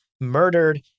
murdered